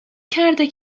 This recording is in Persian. کرده